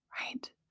right